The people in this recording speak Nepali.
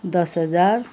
दस हजार